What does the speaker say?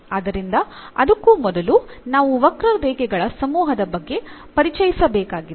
ಆದ್ದರಿಂದ ಅದಕ್ಕೂ ಮೊದಲು ನಾವು ವಕ್ರರೇಖೆಗಳ ಸಮೂಹದ ಬಗ್ಗೆ ಪರಿಚಯಿಸಬೇಕಾಗಿದೆ